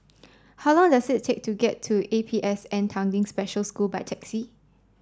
how long does it take to get to A P S N Tanglin Special School by taxi